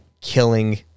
killing